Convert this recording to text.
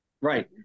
right